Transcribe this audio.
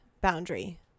boundary